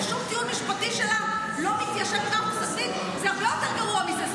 ושום טיעון משפטי שלה לא מתיישב --- זה הרבה יותר גרוע מזה,